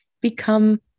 Become